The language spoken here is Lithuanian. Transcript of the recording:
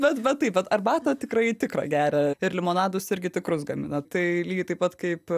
bet va taip bet arbatą tikrai tikrą geria ir limonadus irgi tikrus gamina tai lygiai taip pat kaip